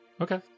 Okay